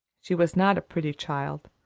she was not a pretty child.